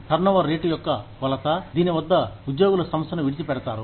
turnover rate యొక్క కొలత దీని వద్ద ఉద్యోగులు సంస్థను విడిచిపెడతారు